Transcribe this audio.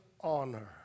honor